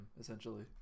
essentially